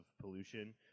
pollution